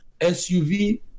SUV